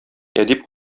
әдип